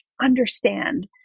understand